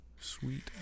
Sweet